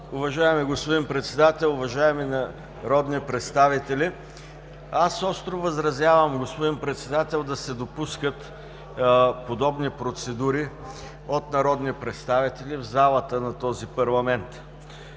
Уважаеми господин Председател, уважаеми народни представители! Аз остро възразявам, господин Председател, да се допускат подобни процедури от народни представители в залата на този парламент.